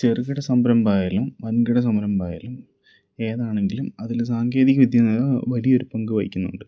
ചെറുകിട സംരംഭം ആയാലും വൻകിട സംരംഭം ആയാലും ഏതാണെങ്കിലും അതില് സാങ്കേതിക വിദ്യ എന്ന് പറഞ്ഞാൽ വലിയൊരു പങ്ക് വഹിക്കുന്നുണ്ട്